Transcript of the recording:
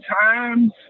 times